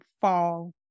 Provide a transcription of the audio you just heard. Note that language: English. fall